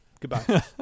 Goodbye